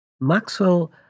Maxwell